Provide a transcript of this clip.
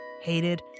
hated